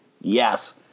yes